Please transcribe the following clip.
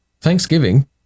Thanksgiving